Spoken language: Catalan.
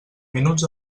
minuts